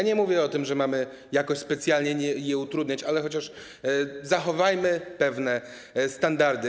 Nie mówię o tym, że mamy jakoś specjalnie je utrudniać, ale chociaż zachowajmy pewne standardy.